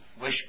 wish